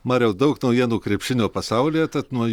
mariau daug naujienų krepšinio pasaulyje tad nuo